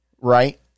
right